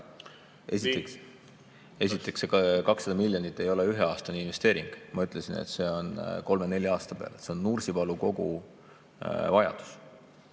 Esiteks, see 200 miljonit ei ole üheaastane investeering. Ma ütlesin, et see on kolme-nelja aasta peale. See on Nursipalu koguvajadus.